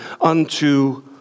unto